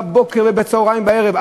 בבוקר ובצהריים ובערב,